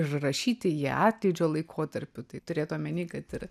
užrašyti jie atlydžio laikotarpiu tai turėt omeny kad ir